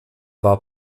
war